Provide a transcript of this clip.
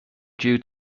due